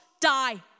die